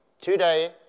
today